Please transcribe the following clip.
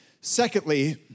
Secondly